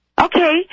Okay